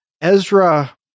Ezra